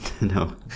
No